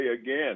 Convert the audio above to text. again